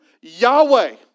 Yahweh